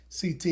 ct